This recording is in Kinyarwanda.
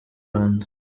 rwanda